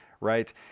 right